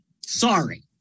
Sorry